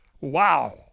Wow